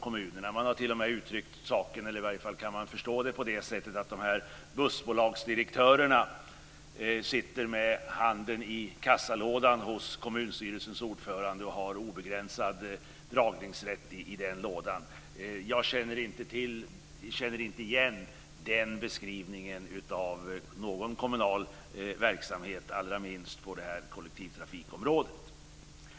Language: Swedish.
Man har t.o.m. uttryckt sig så att man kan förstå det på det sättet att de här bussbolagsdirektörerna sitter med handen i kassalådan hos kommunstyrelsens ordförande och har obegränsad dragningsrätt i den lådan. Jag känner inte igen den beskrivningen av någon kommunal verksamhet, allra minst på kollektivtrafikområdet.